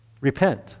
repent